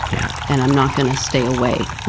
yeah and i'm not going to stay away,